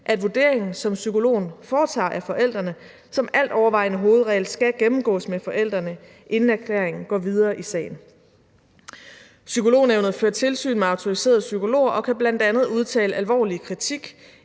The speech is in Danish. at vurderingen, som psykologen foretager af forældrene, som altovervejende hovedregel skal gennemgås med forældrene, inden erklæringen går videre i sagen. Psykolognævnet fører tilsyn med autoriserede psykologer og kan bl.a. udtale alvorlig kritik,